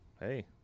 Hey